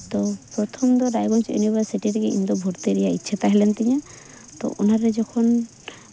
ᱛᱳ ᱯᱨᱚᱛᱷᱚᱢ ᱫᱚ ᱨᱟᱭᱜᱚᱸᱡᱽ ᱤᱭᱩᱱᱤᱵᱷᱟᱨᱥᱤᱴᱤ ᱨᱮᱜᱮ ᱤᱧᱫᱚ ᱵᱷᱚᱨᱛᱤ ᱨᱮᱭᱟᱜ ᱤᱪᱪᱷᱟᱹ ᱛᱟᱦᱮᱸ ᱞᱮᱱ ᱛᱤᱧᱟ ᱛᱳ ᱚᱱᱟᱨᱮ ᱡᱚᱠᱷᱚᱱ